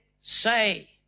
Say